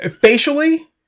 facially